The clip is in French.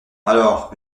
alors